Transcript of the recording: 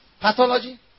Pathology